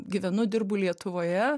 gyvenu dirbu lietuvoje